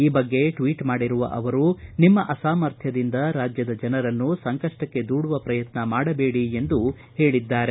ಈ ಬಗ್ಗೆ ಟ್ವೀಟ್ ಮಾಡಿರುವ ಅವರು ನಿಮ್ಮ ಅಸಾಮರ್ಥ್ಯದಿಂದ ರಾಜ್ಯದ ಜನರನ್ನು ಸಂಕಷ್ಟಕ್ಕೆ ದೂಡುವ ಪ್ರಯತ್ನ ಮಾಡಬೇಡಿ ಎಂದು ಹೇಳಿದ್ದಾರೆ